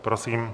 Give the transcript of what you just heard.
Prosím.